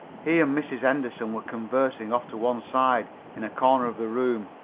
he and mrs. henderson were conversing off to one side, in a corner of the room.